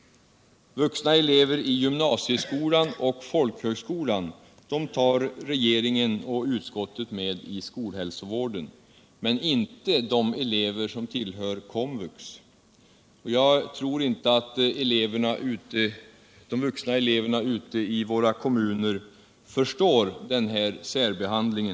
Vuxna elever i gymnasieskola och folkhögskola tas av regeringen och utskottet med i skolhälsovården, men de elever som tillhör Komvux tas inte med där. Jag tror inte att de vuxna eleverna ute i våra kommuner förstår motiven bakom denna särbehandling.